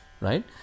right